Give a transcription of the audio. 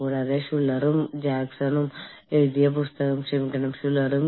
കൂടാതെ ഇന്നത്തെ വിഷയം അന്താരാഷ്ട്ര എച്ച്ആർഎമ്മിന് നേരിടേണ്ടി വരുന്ന വെല്ലുവിളികൾ എന്നതാണ്